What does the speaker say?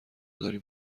داریم